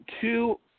two